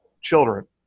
children